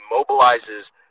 mobilizes